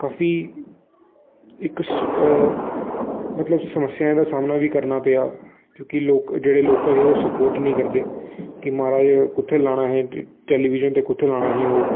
काफी इक सम मतलब समस्याएं दा सामना बी करना पेआ क्योंकि लोक जेह्ड़े लोकल हे ओह् सपोर्ट नी करदे कि म्हाराज कुत्थै लाना अहें टैलिवीजन ते कुत्थै लाना अहें ओह्